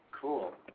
Cool